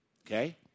Okay